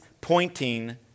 pointing